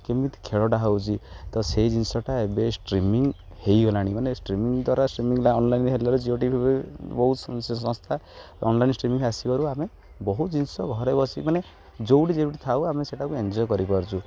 କେମିତି ଖେଳଟା ହେଉଛି ତ ସେଇ ଜିନିଷଟା ଏବେ ଷ୍ଟ୍ରିମିଂ ହେଇଗଲାଣି ମାନେ ଷ୍ଟ୍ରିମିଂ ଦ୍ୱାରା ଷ୍ଟ୍ରିମିଂ ଅନଲାଇନ୍ ହେଲେ ଜିଓ ଟିଭିରେ ବହୁତ ସଂସ୍ଥା ଅନଲାଇନ୍ ଷ୍ଟ୍ରିମିଂ ଆସିବାରୁ ଆମେ ବହୁତ ଜିନିଷ ଘରେ ବସି ମାନେ ଯେଉଁଠି ଯେଉଁଠି ଥାଉ ଆମେ ସେଇଟାକୁ ଏନ୍ଜୟ କରିପାରୁଛୁ